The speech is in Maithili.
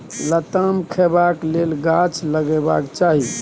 लताम खेबाक लेल गाछ लगेबाक चाही